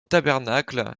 tabernacle